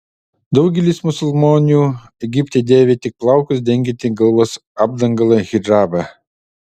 daugelis musulmonių egipte dėvi tik plaukus dengiantį galvos apdangalą hidžabą